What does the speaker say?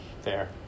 Fair